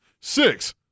Six